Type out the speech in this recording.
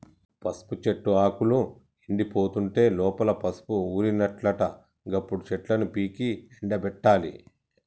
పసుపు చెట్టు ఆకులు ఎండిపోతుంటే లోపల పసుపు ఊరినట్లట గప్పుడు చెట్లను పీకి ఎండపెట్టాలి